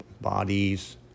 bodies